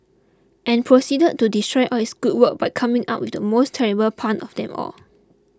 and proceeded to destroy all its good work by coming up with the most terrible pun of them all